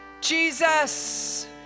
jesus